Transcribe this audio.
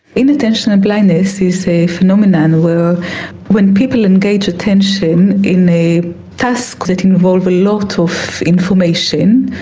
inattentional blindness is a phenomenon where when people engage attention in a task that involves a lot of information,